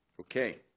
Okay